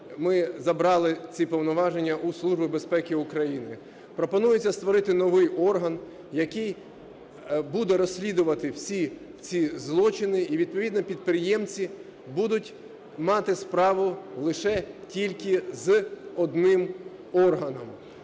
ми забрали ці повноваження у Служби безпеки України. Пропонується створити новий орган, який буде розслідувати всі ці злочини, і відповідно підприємці будуть мати справу лише тільки з одним органом.